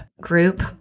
group